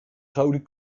gouden